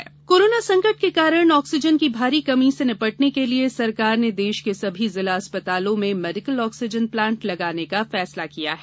oxygen plant corona संकट के कारण ऑक्सीजन की भारी कमी से निपटने के लिये सरकार ने देश के सभी जिला अस्पतालों में मेडिकल ऑक्सीजन प्लांट लगाने का फैसला किया है